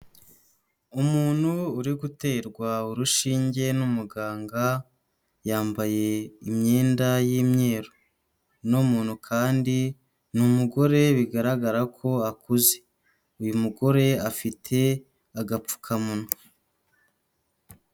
Umuntu uri guterwa urushinge n'umuganga yambaye imyenda y'imyeru, uno muntu kandi ni umugore bigaragara ko akuze, uyu mugore afite agapfukamunwa.